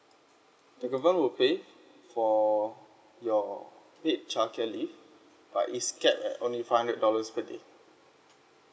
the government will pay for your paid childcare leave but it's capped at only five hundred dollars per day